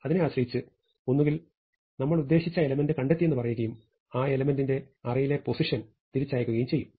അതിനെ ആശ്രയിച്ച് ഒന്നുകിൽ നമ്മളുദ്ദേശിച്ച എലെമെന്റ്കണ്ടെത്തിയെന്നു പറയുകയും ആ എലെമെന്റ് ന്റെ അറേയിലെ പൊസിഷൻ തിരിച്ചയക്കുകയും ചെയ്യും